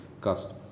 cost